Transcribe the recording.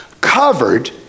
covered